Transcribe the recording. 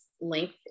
length